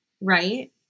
right